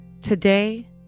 Today